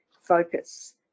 focus